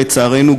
לצערנו,